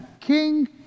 king